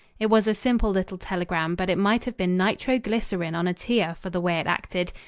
it was a simple little telegram, but it might have been nitro-glycerine on a tear for the way it acted.